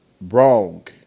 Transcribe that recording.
Wrong